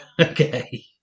Okay